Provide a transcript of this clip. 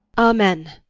amen.